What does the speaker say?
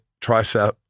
tricep